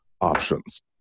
options